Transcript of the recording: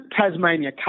Tasmania